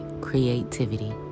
creativity